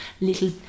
little